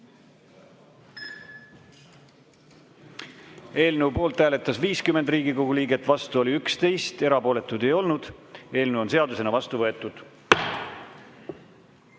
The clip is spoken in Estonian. Eelnõu poolt hääletas 50 Riigikogu liiget, vastu oli 11, erapooletuid ei olnud. Eelnõu on seadusena vastu võetud.